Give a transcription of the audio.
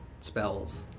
spells